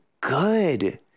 good